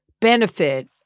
benefit